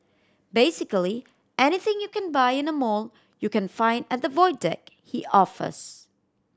basically anything you can buy in a mall you can find at the Void Deck he offers